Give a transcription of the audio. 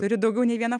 turi daugiau nei vieną